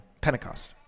Pentecost